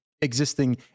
existing